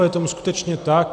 Je tomu skutečně tak.